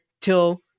till